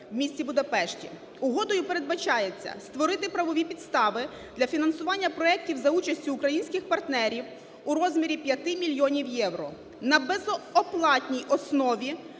в місті Будапешті. Угодою передбачається створити правові підстави для фінансування проектів за участю українських партнерів у розмірі 5 мільйонів євро на безоплатній основі